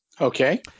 okay